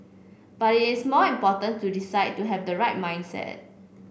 but it is more important to decide to have the right mindset